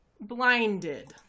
blinded